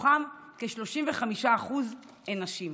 מתוכם כ-35% הם נשים.